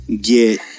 get